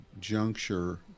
juncture